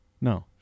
No